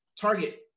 target